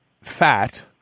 fat